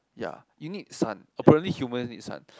ya you need sun apparently humans need sun